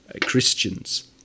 Christians